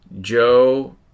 Joe